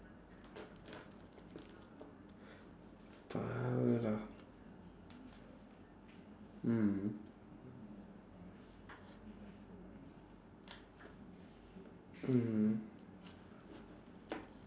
power lah mm mm